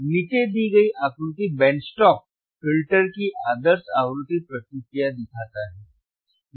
तो नीचे दी गई आकृति बैंड स्टॉप फ़िल्टर की आदर्श आवृत्ति प्रतिक्रिया दिखाता है